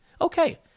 Okay